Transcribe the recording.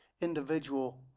individual